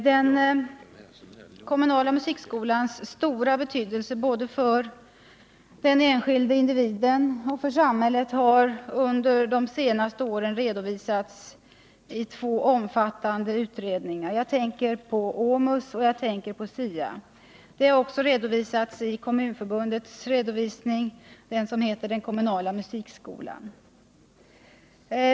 Den kommunala musikskolans stora betydelse för den enskilde individen och för samhället har under de senaste åren redovisats i två omfattande utredningar — OMUS och SIA — och i Kommunförbundets skrift Den kommunala musikskolan.